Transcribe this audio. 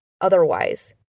otherwise